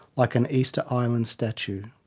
like an easter island statue.